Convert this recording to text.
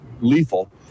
lethal